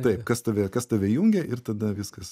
taip kas tave kas tave jungia ir tada viskas